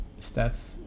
stats